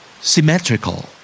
Symmetrical